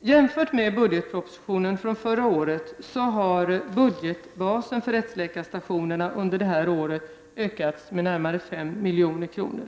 Jämfört med budgetpropositionen från förra året har budgetbasen för rättsläkarstationerna under det här året ökats med närmare 5 milj.kr.